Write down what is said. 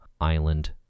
Island